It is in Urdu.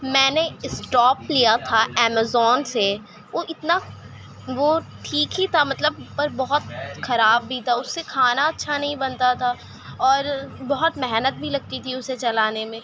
میں نے اسٹوو لیا تھا امازون سے وہ اتنا وہ ٹھیک ہی تھا مطلب پر بہت کھراب بھی تھا اس سے کھانا اچھا نہیں بنتا تھا اور بہت محنت بھی لگتی تھی اسے چلانے میں